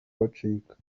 bacika